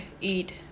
eat